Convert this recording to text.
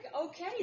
okay